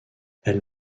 elle